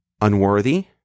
unworthy